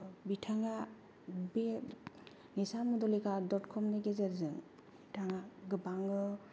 बिथांआ बे निसा मन्दलिका डट कमनि गेजेरजों बिथाङा गोबाङो